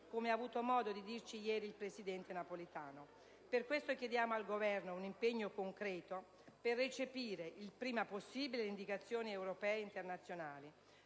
come ha avuto modo di dirci ieri il presidente Napolitano. Per questo chiediamo al Governo un impegno concreto per recepire il prima possibile le indicazioni europee e internazionali;